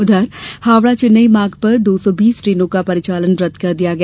उधर हावड़ा चेन्नई मार्ग पर दो सौ बीस ट्रेनों का परिचालन रद्द कर दिया गया